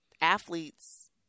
athletes